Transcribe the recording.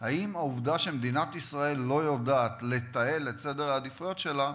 האם העובדה שמדינת ישראל לא יודעת לתעל את סדר העדיפויות שלה,